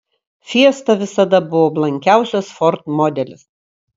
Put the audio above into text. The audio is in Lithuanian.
fiesta visada buvo blankiausias ford modelis